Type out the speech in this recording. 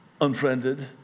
unfriended